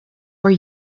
were